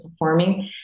performing